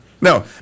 No